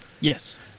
Yes